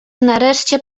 nareszcie